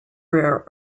rare